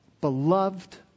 beloved